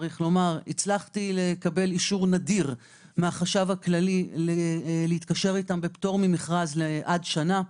הצלחתי לקבל אישור נדיר מהחשב הכללי להתקשר אתם בפטור ממכרז עד שנה.